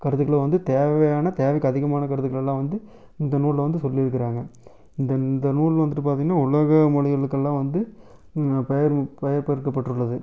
கருத்துக்களை வந்து தேவையான தேவைக்கு அதிகமான கருத்துக்களெல்லாம் வந்து இந்த நூலில் வந்து சொல்லிருக்குறாங்க இந்த இந்த நூல் வந்துவிட்டு பார்த்தீங்கன்னா உலக மொழிகளுக்கெல்லாம் வந்து பெயரும் பெயர்பெருக்கப்பெற்றுள்ளது